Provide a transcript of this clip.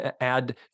add